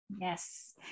Yes